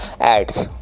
ads